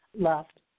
left